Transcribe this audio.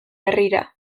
herrira